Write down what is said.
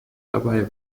dabei